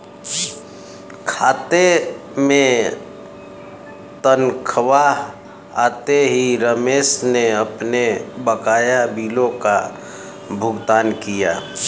खाते में तनख्वाह आते ही रमेश ने अपने बकाया बिलों का भुगतान किया